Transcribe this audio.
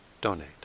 donate